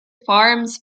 farms